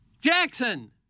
Jackson